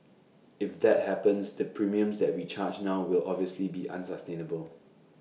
if that happens the premiums that we charge now will obviously be unsustainable